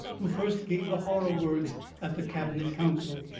who first gave the horror words at the cabinet council,